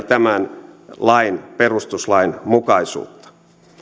tämän lain perustuslainmukaisuutta